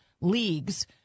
leagues